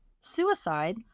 suicide